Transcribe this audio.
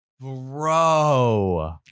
Bro